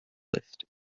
list